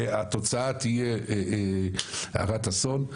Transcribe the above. והתוצאה תהיה הרת אסון.